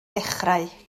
dechrau